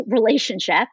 relationship